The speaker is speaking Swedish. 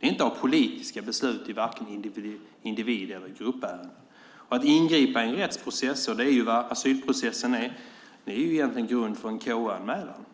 Det är inte politiska beslut i vare sig individ eller gruppärenden. Att ingripa i en rättsprocess - det är vad asylprocessen är - är egentligen grund för en KU-anmälan.